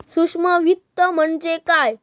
सूक्ष्म वित्त म्हणजे काय?